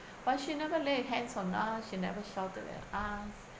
but she never lay a hands on us she never shouted at us